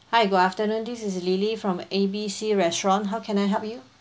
hi good afternoon this is lily from A B C restaurant how can I help you